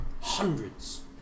hundreds